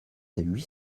huit